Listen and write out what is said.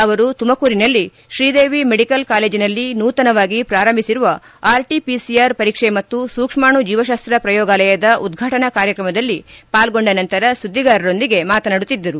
ಅವರು ತುಮಕೂರಿನಲ್ಲಿ ತ್ರೀದೇವಿ ಮೆಡಿಕಲ್ ಕಾಲೇಜಿನಲ್ಲಿ ನೂತನವಾಗಿ ಪ್ರಾರಂಭಿಸಿರುವ ಆರ್ಟಿಪಿಸಿಆರ್ ಪರೀಕ್ಷೆ ಮತ್ತು ಸೂಕ್ಷ್ಮಣು ಜೀವಶಾಸ್ತ ಪ್ರಯೋಗಾಲಯದ ಉದ್ಘಾಟನಾ ಕಾರ್ಯಕ್ರಮದಲ್ಲಿ ಪಾಲ್ಗೊಂಡ ನಂತರ ಸುದ್ದಿಗಾರರೊಂದಿಗೆ ಮಾತನಾಡುತ್ತಿದ್ದರು